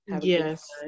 yes